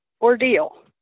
ordeal